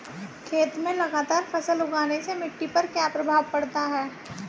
खेत में लगातार फसल उगाने से मिट्टी पर क्या प्रभाव पड़ता है?